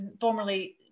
formerly